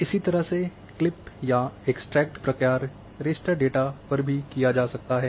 इसी तरह से क्लिप या एक्सट्रेक्ट प्रकार्य रास्टर डेटा पर भी किया जा सकता है